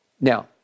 Now